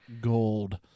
gold